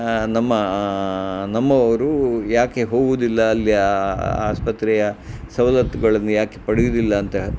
ನಮ್ಮ ನಮ್ಮವರು ಯಾಕೆ ಹೋಗೋದಿಲ್ಲ ಅಲ್ಲಿ ಆ ಆಸ್ಪತ್ರೆಯ ಸವಲತ್ತುಗಳನ್ನು ಯಾಕೆ ಪಡೆಯುವುದಿಲ್ಲ ಅಂತ